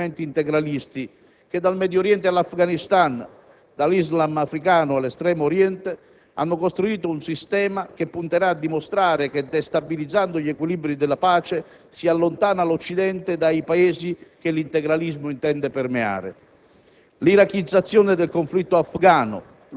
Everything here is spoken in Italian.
che ha stretto un patto transnazionale con piccoli movimenti integralisti che dal Medio Oriente all'Afghanistan, dall'Islam africano all'Estremo Oriente, hanno costituito un sistema che punterà a dimostrare che destabilizzando gli equilibri della pace si allontana l'Occidente dai Paesi che l'integralismo intende permeare.